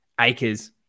Acres